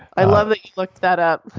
i love that you looked that up.